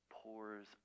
pours